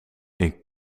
een